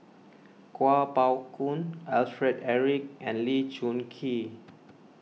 Kuo Pao Kun Alfred Eric and Lee Choon Kee